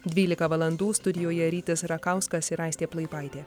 dvylika valandų studijoje rytis rakauskas ir aistė plaipaitė